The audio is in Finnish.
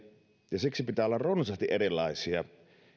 ja siksi pitää olla runsaasti erilaisia